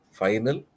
final